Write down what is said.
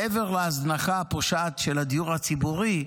מעבר להזנחה הפושעת של הדיור הציבורי,